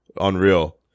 Unreal